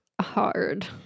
hard